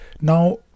now